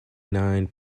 nine